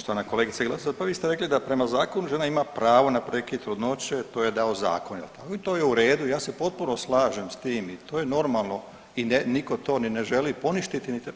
Poštovana kolegice Glasovac, pa vi ste rekli da prema zakonu žena ima pravo na prekid trudnoće, to joj je dao zakon jel tako i to je u redu, ja se potpuno slažem s tim i to je normalno i niko to ni ne želi poništiti niti,